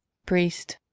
priest,